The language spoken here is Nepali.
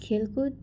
खेलकुद